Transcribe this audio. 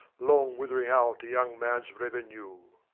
long withering out a young man's revenue.